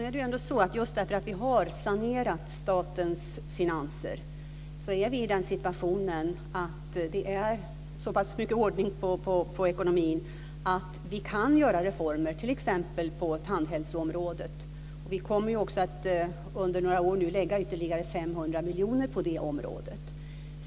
Fru talman! Just därför att vi har sanerat statens finanser har vi nu så pass mycket ordning på ekonomin att vi kan göra reformer, t.ex. på tandhälsoområdet. Under några år nu kommer vi att lägga ytterligare 500 miljoner på det området.